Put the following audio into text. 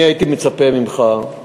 אני הייתי מצפה ממך,